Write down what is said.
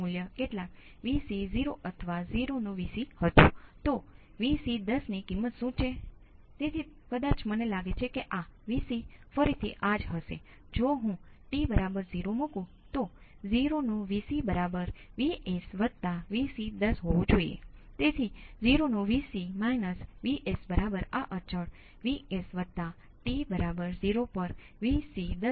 હવે તેમાંથી તમારે ગણતરી કરવી પડશે કે V x શું છે આ તત્વ કેપેસિટર ન હોઈ શકે તે બીજું કંઈ પણ હોઈ શકે ઉદાહરણ તરીકે તેમાં મારી R c સર્કિટ પર હું અવરોધ માથી પસાર થતાં વિદ્યુત પ્રવાહ માટે સમીકરણ લખવાનો પ્રયત્ન કરી શકું છું અથવા અવરોધ પરનો વોલ્ટેજ